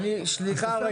סליחה.